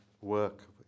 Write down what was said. work